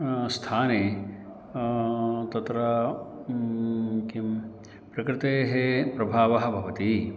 स्थाने तत्र किं प्रकृतेः प्रभावः भवति